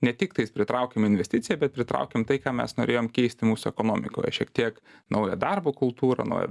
ne tiktais pritraukiam investiciją bet pritraukiam tai ką mes norėjom keisti mūsų ekonomikoje šiek tiek naują darbo kultūrą naują